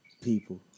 people